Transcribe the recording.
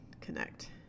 connect